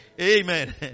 Amen